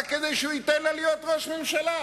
רק כדי שהוא ייתן לה להיות ראש ממשלה.